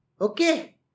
Okay